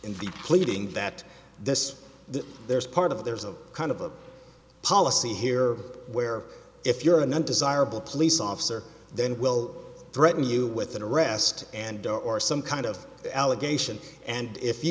in the pleading that this that there's part of there's a kind of a policy here where if you're an undesirable police officer then we'll threaten you with an arrest and or some kind of allegation and if you